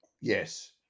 Yes